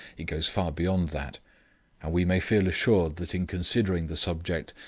it goes far beyond that, and we may feel assured that in considering the subject,